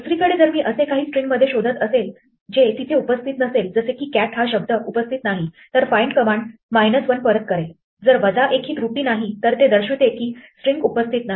दुसरीकडे जर मी असे काही स्ट्रिंगमध्ये शोधत असेल जे तिथे उपस्थित नसेल जसे की cat हा शब्द उपस्थित नाही तर find कमांड 1 परत करेल तर वजा 1 ही त्रुटी नाही तर ते दर्शवते की स्ट्रिंग उपस्थित नाही